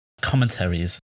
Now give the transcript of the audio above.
commentaries